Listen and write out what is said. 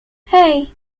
hey